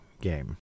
game